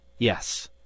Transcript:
Yes